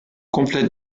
complète